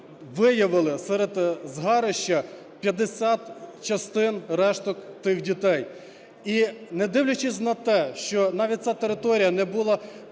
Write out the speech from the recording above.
виявили серед згарища 50 частин решток тих дітей. І не дивлячись на те, що навіть ця територія не була